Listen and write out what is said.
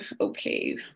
okay